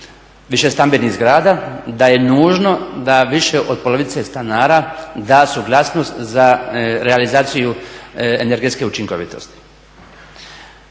višestambenih zgrada da je nužno da više od polovice stanara da suglasnost za realizaciju energetske učinkovitosti.